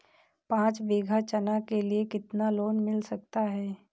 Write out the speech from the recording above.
पाँच बीघा चना के लिए कितना लोन मिल सकता है?